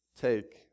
take